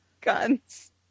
guns